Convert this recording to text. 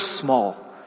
small